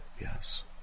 Yes